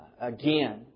again